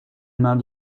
مرد